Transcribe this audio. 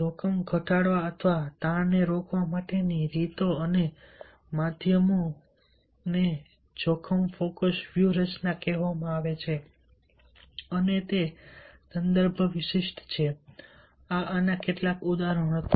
જોખમ ઘટાડવા અથવા તાણને રોકવા માટેની રીતો અને માધ્યમો અને તેને જોખમ ફોકસ વ્યૂહરચના કહેવામાં આવે છે અને તે સંદર્ભ વિશિષ્ટ છે આ એના કેટલાક ઉદાહરણો હતા